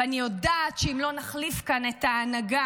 ואני יודעת שאם לא נחליף כאן את ההנהגה,